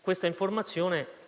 Questa informazione